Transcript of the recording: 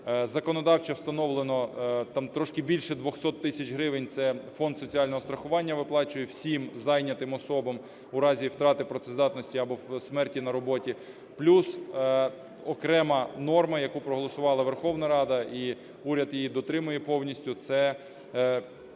Законодавчо встановлено там трошки більше 200 тисяч гривень - це Фонд соціального страхування виплачує всім зайнятим особам у разі втрати працездатності або смерті на роботі. Плюс окрема норма, яку проголосувала Верховна Рада, і уряд її дотримує повністю, - це півтора